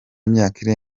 imyaka